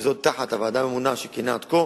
וזאת תחת הוועדה הממונה שכיהנה עד כה.